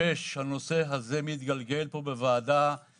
הנושא הזה מתגלגל פה בוועדה כבר מ-2006,